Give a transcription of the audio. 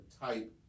type